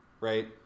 right